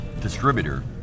distributor